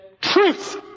truth